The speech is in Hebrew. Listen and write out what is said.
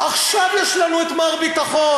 עכשיו יש לנו את מר ביטחון.